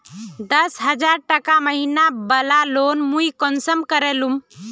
दस हजार टका महीना बला लोन मुई कुंसम करे लूम?